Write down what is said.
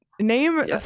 name